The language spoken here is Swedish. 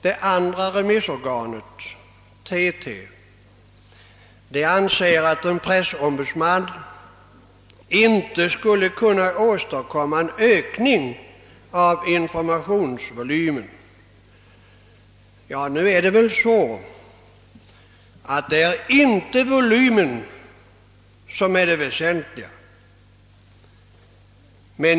Det andra remissorganet, TT, anser att en pressombudsman inte skulle kunna åstadkomma en ökning av informationsvolymen. Ja, nu är det väl så, att det inte är volymen som är det väsentliga.